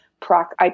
PROC